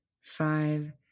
five